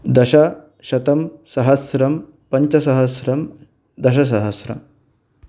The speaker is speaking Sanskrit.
दश शतं सहस्रं पञ्चसहस्रं दशसहस्रम्